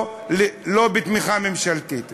לא בתמיכה ממשלתית.